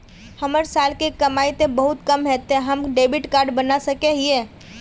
हमर साल के कमाई ते बहुत कम है ते हम डेबिट कार्ड बना सके हिये?